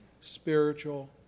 spiritual